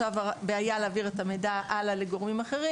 בעיה להעביר את המידע הלאה לגורמים אחרים.